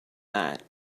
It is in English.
that